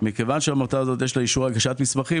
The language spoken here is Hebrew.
מכיוון שלעמותה הזאת יש רק אישור להגשת מסמכים